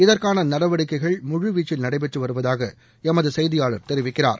இதற்கான நடவடிக்கைகள் முழு வீச்சில் நடைபெற்று வருவதாக எமது செய்தியாளர் தெரிவிக்கிறார்